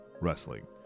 wrestling